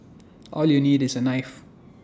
all you need is A knife